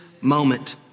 moment